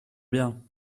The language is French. bien